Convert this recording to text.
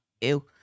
ew